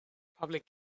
public